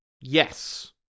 Yes